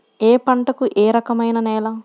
ఏ పంటకు ఏ రకమైన నేల?